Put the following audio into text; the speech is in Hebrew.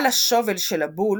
על השובל של הבול